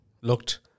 Looked